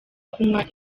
kunywa